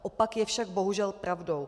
Opak je však bohužel pravdou.